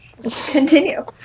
Continue